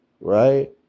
right